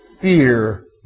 fear